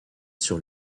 sur